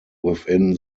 within